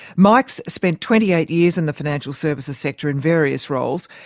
mike's spent twenty eight years in the financial services sector in various roles,